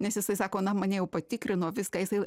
nes jisai sako na mane jau patikrino viską jisai